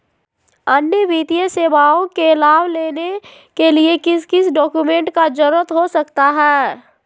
अन्य वित्तीय सेवाओं के लाभ लेने के लिए किस किस डॉक्यूमेंट का जरूरत हो सकता है?